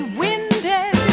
winded